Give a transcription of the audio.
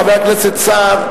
חבר הכנסת סער,